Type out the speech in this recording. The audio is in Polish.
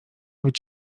być